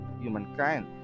humankind